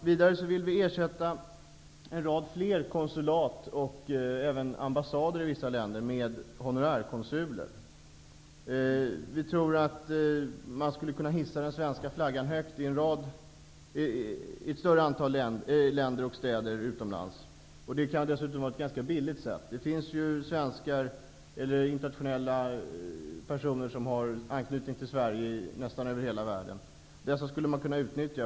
Vidare vill vi ersätta fler konsulat, och även ambassader i vissa länder, med honorärkonsuler. Vi tror att man skulle kunna hissa den svenska flaggan högt i ett större antal länder och städer utomlands. Det kan dessutom vara ett ganska billigt sätt. Det finns ju internationella personer som har anknytning till Sverige nästan över hela världen. Dessa skulle man kunna utnyttja.